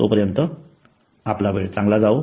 तोपर्यंत आपला वेळ चांगला जाओ